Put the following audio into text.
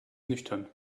nüchtern